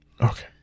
okay